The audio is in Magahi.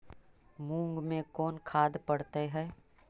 मुंग मे कोन खाद पड़तै है?